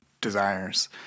desires